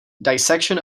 dissection